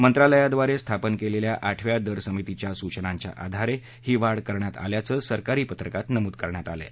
मंत्रालयाद्वारे स्थापन केलेल्या आठव्या दर समितीच्या सूचनांच्या आधारे ही वाढ करण्यात आल्याचं सरकारी पत्रकात नमूद करण्यात आलं आहे